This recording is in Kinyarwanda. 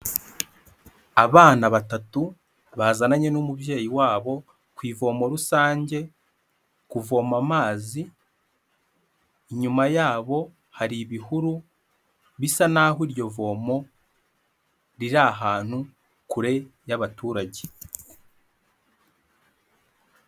Abana batatu bazananye n'umubyeyi wabo ku ivomo rusange kuvoma amazi, inyuma yabo hari ibihuru bisa n'aho iryo vomo riri ahantu kure y'abaturage.